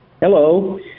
Hello